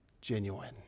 genuine